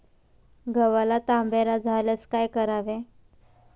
गव्हाला तांबेरा झाल्यास काय करावे?